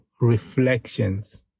reflections